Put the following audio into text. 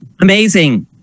Amazing